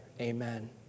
Amen